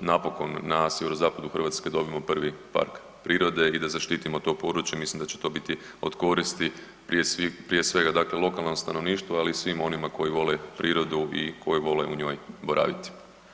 napokon na sjeverozapadu Hrvatske dobijemo prvi park prirode i da zaštitimo to područje i mislim da će to biti od koristi prije svega dakle lokalnom stanovništvu, ali i svima onima koji vole prirodu i koji vole u njoj boraviti.